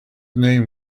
name